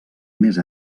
més